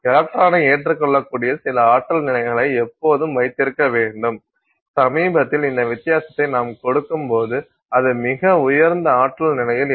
எலக்ட்ரானை ஏற்றுக்கொள்ளக்கூடிய சில ஆற்றல் நிலைகளை எப்போதும் வைத்திருக்க வேண்டும் சமீபத்தில் இந்த வித்தியாசத்தை நாம் கொடுக்கும்போது அது மிக உயர்ந்த ஆற்றல் நிலையில் இருக்கும்